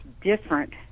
different